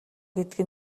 гэдэг